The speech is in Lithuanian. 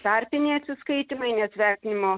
tarpiniai atsiskaitymai nes vertinimo